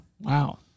Wow